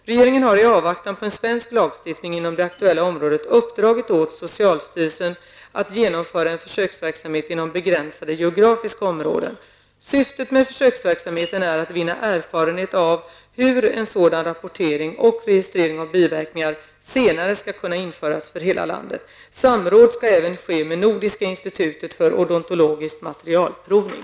Regeringen har i avvaktan på en svensk lagstiftning inom det aktuella området uppdragit åt socialstyrelsen att genomföra en försöksverksamhet inom begränsade geografiska områden. Syftet med försöksverksamheten är att vinna erfarenhet av hur en sådan rapportering och registrering av biverkningar senare skall kunna införas för hela landet. Samråd skall även ske med